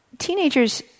Teenagers